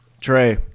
trey